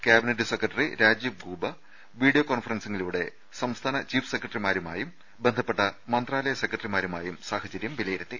cabinet secretary Rajiv Gauba video കോൺഫറൻസിലൂടെ സംസ്ഥാന chief സെക്രട്ടറിമാരുമായും ബന്ധപ്പെട്ട മന്ത്രാലയ സെക്രട്ടറിമാരുമായും സാഹചര്യം വിലയിരുത്തി